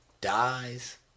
Dies